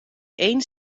één